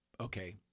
okay